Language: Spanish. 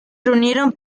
reunieron